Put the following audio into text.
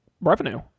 revenue